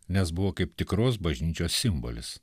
nes buvo kaip tikros bažnyčios simbolis